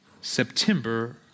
September